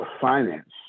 finance